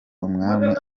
umwami